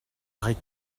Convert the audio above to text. arrêt